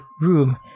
room